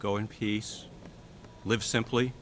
go in peace live simply